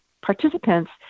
participants